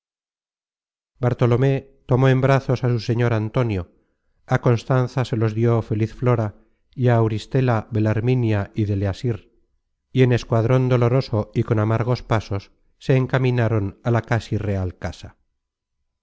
bartolomé tomó en brazos á su señor antonio á constanza se los dió feliz flora y á auristela belarminia y deleasir y en escuadron doloroso y con amargos pasos se encaminaron á la casi real casa